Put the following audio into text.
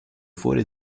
fuori